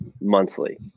monthly